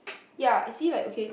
ya it see like okay